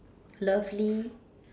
lovely